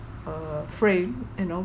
err frame you know